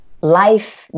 Life